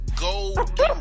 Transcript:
gold